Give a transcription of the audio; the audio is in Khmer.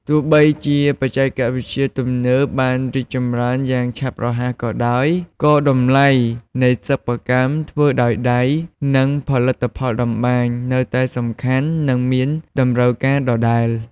ទោះបីជាបច្ចេកវិទ្យាទំនើបបានរីកចម្រើនយ៉ាងឆាប់រហ័សក៏ដោយ ក៏តម្លៃនៃសិប្បកម្មធ្វើដោយដៃ និងផលិតផលតម្បាញនៅតែសំខាន់ និងមានតម្រូវការដដែល។